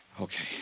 Okay